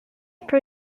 pro